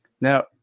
Now